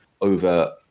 over